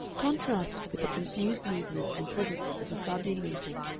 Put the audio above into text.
contrasted with the confused movement and presences of a fabian meeting,